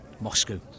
Moscow